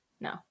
no